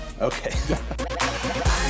Okay